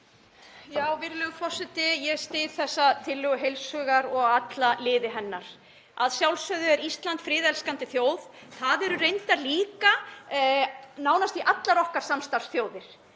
Virðulegur forseti. Ég styð þessa tillögu heils hugar og alla liði hennar. Að sjálfsögðu er Ísland friðelskandi þjóð. Það eru reyndar líka nánast allar okkar samstarfsþjóðir.